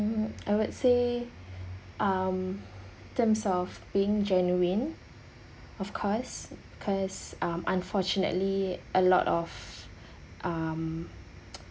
I would say um in terms of being genuine of course cause um unfortunately a lot of um